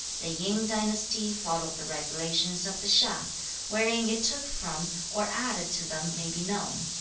the yin dynasty followed the regulations of the hsia wherein it took from or added to them may be known.